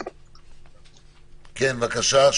בבקשה.